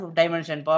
dimension